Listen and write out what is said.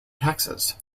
taxes